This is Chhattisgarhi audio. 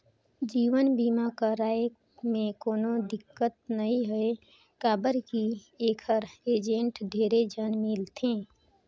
जीवन बीमा करवाये मे कोनो दिक्कत नइ हे काबर की ऐखर एजेंट ढेरे झन मिलथे